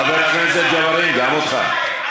חבר הכנסת ג'בארין, גם אותך.